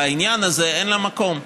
העקרונית לעניין הזה, אין לה מקום.